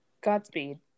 Godspeed